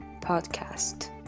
Podcast